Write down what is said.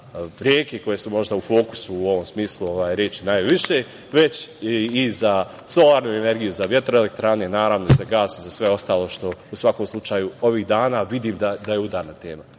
reke koje su možda u fokusu u ovom smislu reči najviše, već i za solarnu energiju, za vetroelektrane, naravno i za gas i za sve ostalo što u svakom slučaju ovih dana vidim da je udarna tema. Molim